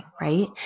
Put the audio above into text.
right